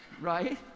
Right